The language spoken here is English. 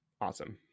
Awesome